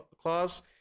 clause